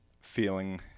feeling